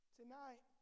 tonight